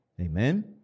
Amen